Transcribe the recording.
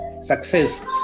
success